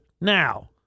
now